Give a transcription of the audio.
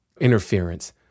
interference